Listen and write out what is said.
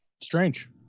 Strange